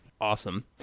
Awesome